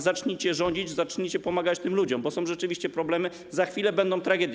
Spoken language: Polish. Zacznijcie rządzić, zacznijcie pomagać tym ludziom, bo są rzeczywiście problemy, za chwilę będą tragedie.